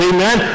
Amen